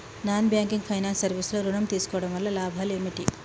Non banking finance service లో ఋణం తీసుకోవడం వల్ల లాభాలు ఏమిటి?